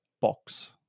box